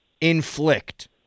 inflict